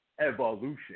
Evolution